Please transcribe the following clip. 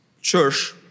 church